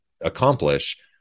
accomplish